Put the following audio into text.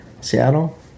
Seattle